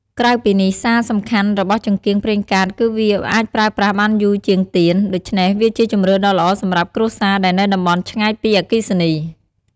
ក្រៅពីនេះ សារសំខាន់របស់ចង្កៀងប្រេងកាតគឺវាអាចប្រើប្រាស់បានយូរជាងទៀន ដូច្នេះវាជាជម្រើសដ៏ល្អសម្រាប់គ្រួសារដែលនៅតំបន់ឆ្ងាយពីអគ្គិសនី។